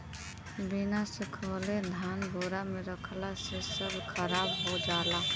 बिना सुखवले धान बोरा में रखला से सब खराब हो जाला